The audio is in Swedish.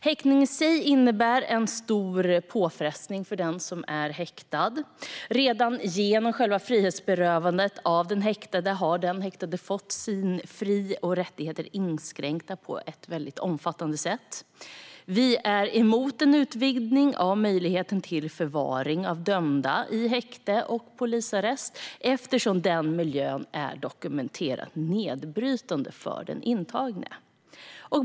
Häktning i sig innebär en stor påfrestning för den som är häktad. Redan genom själva frihetsberövandet av den häktade har den häktade fått sina fri och rättigheter inskränkta på ett omfattande sätt. Vi är emot en utvidgning av möjligheten till förvaring av dömda i häkte och polisarrest eftersom den miljön är dokumenterat nedbrytande för den intagne.